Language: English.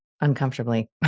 uncomfortably